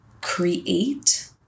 create